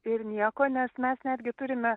ir nieko nes mes netgi turime